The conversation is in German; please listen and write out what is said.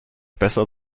besser